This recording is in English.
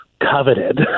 coveted